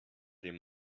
dem